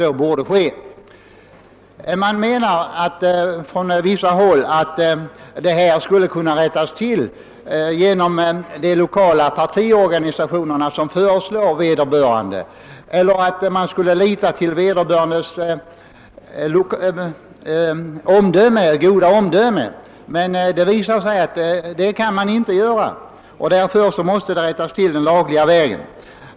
På vissa håll menar man att saken skulle kunna rättas till genom de lokala partiorganisationernas medverkan, eftersom det är dessa som föreslår vederbörande. Det talas också om att man skulle kunna lita på vederbörandes goda omdöme. Men det visar sig att så inte är fallet. Därför måste vi rätta till saken på laglig väg.